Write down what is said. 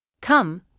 Come